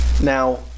Now